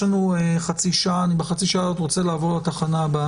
יש לנו חצי שעה ובחצי השעה הזאת אני רוצה לעבוד לתחנה הבאה.